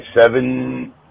seven